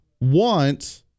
want